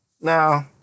no